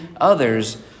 others